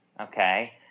okay